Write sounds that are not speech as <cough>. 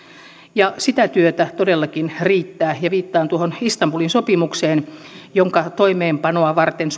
ja sitä työtä todellakin riittää viittaan istanbulin sopimukseen jonka toimeenpanoa varten <unintelligible>